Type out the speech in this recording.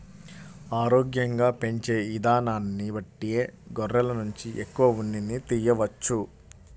ఆరోగ్యంగా పెంచే ఇదానాన్ని బట్టే గొర్రెల నుంచి ఎక్కువ ఉన్నిని తియ్యవచ్చు